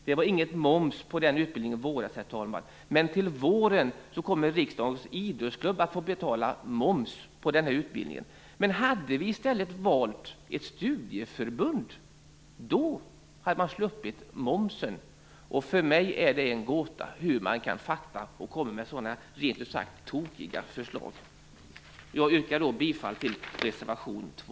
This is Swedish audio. Det var ingen moms på denna utbildning i våras, men till nästa vår kommer Riksdagens idrottsklubb att få betala moms för utbildningen. Men hade vi i stället valt ett studieförbund, hade vi sluppit momsen. För mig är det en gåta hur man kan komma med sådana rent ut sagt tokiga förslag. Jag yrkar bifall till reservation 2.